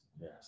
Yes